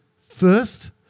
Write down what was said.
First